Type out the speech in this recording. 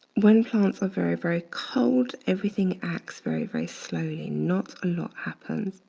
when plants are very, very cold, everything acts very, very slowly. not a lot happens.